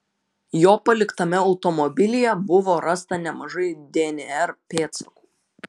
jo paliktame automobilyje buvo rasta nemažai dnr pėdsakų